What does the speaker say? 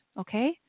okay